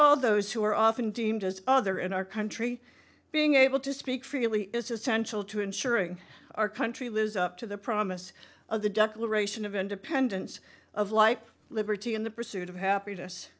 all those who are often deemed as other in our country being able to speak freely is essential to ensuring our country lives up to the promise of the declaration of independence of like liberty in the pursuit of happiness